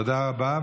תודה רבה.